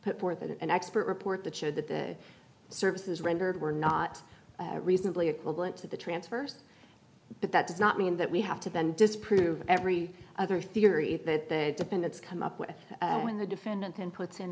put forth an expert report that showed that the services rendered were not reasonably equivalent to the transfers but that does not mean that we have to bend disprove every other theory that the dependents come up with when the defendant then puts in